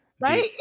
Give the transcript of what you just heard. Right